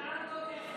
למה הממשלה הזאת,